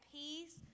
peace